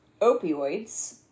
opioids